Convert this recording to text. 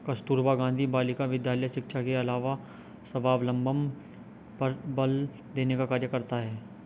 कस्तूरबा गाँधी बालिका विद्यालय शिक्षा के अलावा स्वावलम्बन पर बल देने का कार्य करता है